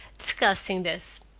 discussing this.